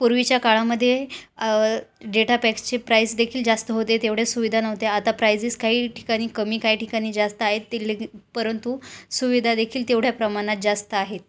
पूर्वीच्या काळामध्ये डेटा पॅक्सचे प्राईस देखील जास्त होते तेवढ्या सुविधा नव्हते आता प्रायजेस काही ठिकाणी कमी काही ठिकाणी जास्त आहेत ते लेकि परंतु सुविधा देखील तेवढ्या प्रमाणात जास्त आहेत